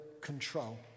control